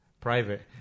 private